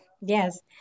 Yes